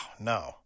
no